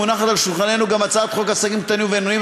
ומונחת על שולחננו גם הצעת חוק עסקים קטנים ובינוניים,